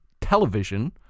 television